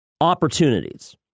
opportunities